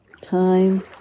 time